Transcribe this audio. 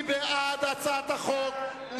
מי בעד הצעת החוק?